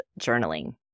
journaling